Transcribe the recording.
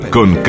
Con